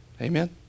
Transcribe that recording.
Amen